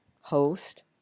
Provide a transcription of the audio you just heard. host